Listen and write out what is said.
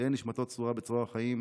תהא נשמתו צרורה בצרור החיים.